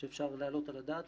שאפשר להעלות על הדעת.